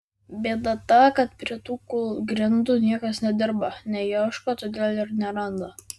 bėda ta kad prie tų kūlgrindų niekas nedirba neieško todėl ir neranda